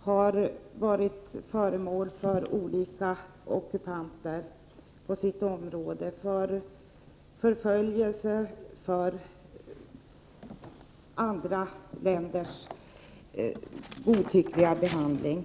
har varit föremål för ockupation från olika håll på sitt område, för förföljelse och för andra länders godtyckliga behandling.